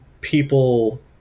people